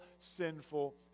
sinful